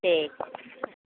ठीक